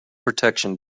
protection